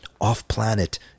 off-planet